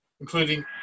including